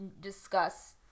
discuss